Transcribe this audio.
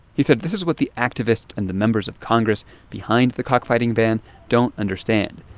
he said this is what the activists and the members of congress behind the cockfighting ban don't understand.